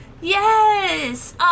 Yes